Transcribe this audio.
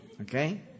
Okay